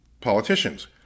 politicians